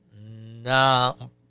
No